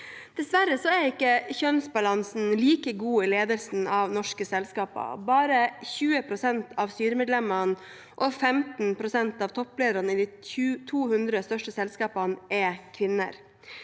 Dessverre er ikke kjønnsbalansen like god i ledelsen i norske selskaper. Bare 20 pst. av styremedlemmene og 15 pst. av topplederne i de 200 største selskapene er kvinner.